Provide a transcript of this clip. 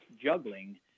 juggling